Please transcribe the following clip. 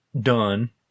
done